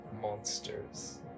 monsters